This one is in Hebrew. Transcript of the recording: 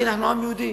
כי אנחנו עם יהודי.